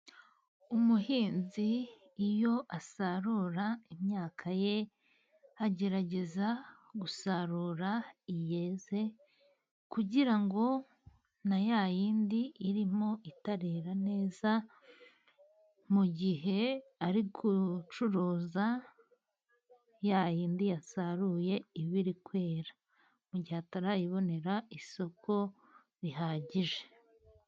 Umuhinzi iyo asarura imyaka ye， agerageza gusarura iyeze kugira ngo na ya yindi irimo itarera neza mu gihe ari gucuruza ya yindi yasaruye，iba iri kwera mu gihe atarayibonera isoko rihagije.